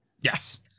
Yes